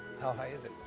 how high is it?